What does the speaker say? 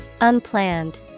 Unplanned